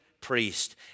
priest